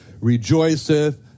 rejoiceth